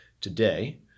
Today